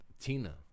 Tina